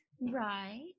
Right